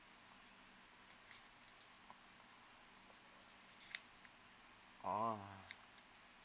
oh